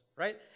Right